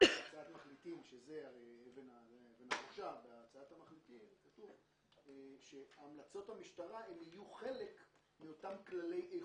המחליטים כתוב שהמלצות המשטרה יהיו חלק מאותם כללי איכות.